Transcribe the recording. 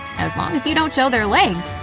as long as you don't show their legs,